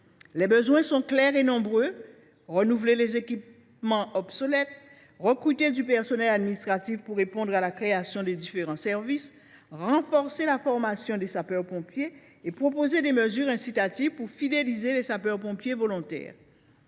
Les besoins sont clairs et nombreux : renouveler les équipements obsolètes, recruter du personnel administratif pour répondre à la création des différents services, renforcer la formation des sapeurs pompiers, proposer des mesures incitatives pour fidéliser les sapeurs pompiers volontaires